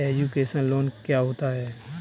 Education loan क्या होता है?